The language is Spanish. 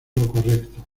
correcto